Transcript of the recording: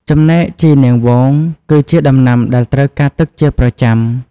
ចំណែកជីរនាងវង គឺជាដំណាំដែលត្រូវការទឹកជាប្រចាំ។